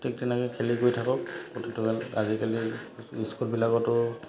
ঠিক তেনেকৈ খেলি গৈ থাকক প্ৰতিটো খেল আজিকালি স্কুলবিলাকতো